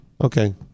Okay